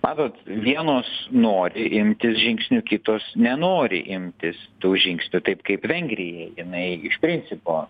matot vienos nori imtis žingsnių kitos nenori imtis tų žingsnių taip kaip vengrija jinai iš principo